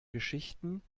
geschichten